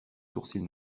sourcils